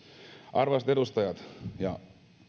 arvoisat edustajat ja